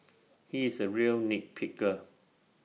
he is A real nit picker